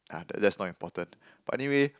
!aiya! that's not important but anyway